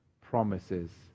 promises